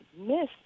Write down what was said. miss